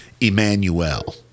Emmanuel